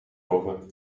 boven